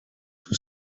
tout